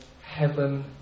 heaven